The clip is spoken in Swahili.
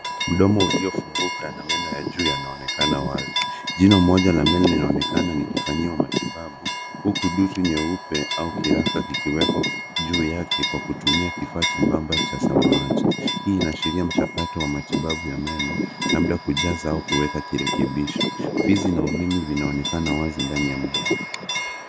Mdomo uliofunguka na meno ya juu yanaonekana wazi jino moja na meno linaonekana likifanyiwa matibabu huku dutu nyeupe au kiraka kikiwekwa juu yake kwa kutumia kifaa chebamba cha samawati ,hii inaashiria mchakato wa matibabu ya meno labda kujaza au kuweka kirekebisho fizi na ulimi zinaonekana wazi ndani ya mdomo.